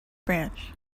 branch